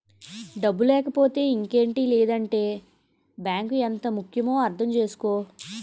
డబ్బు లేకపోతే ఇంకేటి లేదంటే బాంకు ఎంత ముక్యమో అర్థం చేసుకో